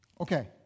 okay